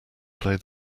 play